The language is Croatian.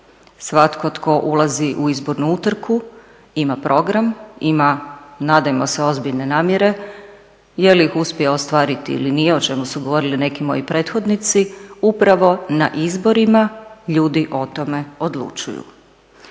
Svatko tko ulazi u izbornu utrku ima program, ima nadajmo se ozbiljne namjere. Je li ih uspio ostvariti ili nije o čemu su govorili neki moji prethodnici upravo na izborima ljudi o tome odlučuju.